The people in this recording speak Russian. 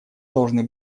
должны